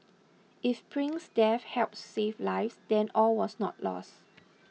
if Prince's death helps save lives then all was not lost